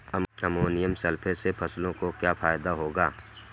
Ammonium sulphate से फसलों को क्या फायदा होगा?